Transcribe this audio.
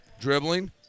Dribbling